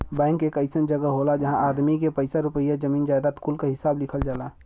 bank एक अइसन जगह होला जहां आदमी के पइसा रुपइया, जमीन जायजाद कुल क हिसाब लिखल रहला